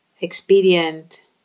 expedient